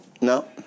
No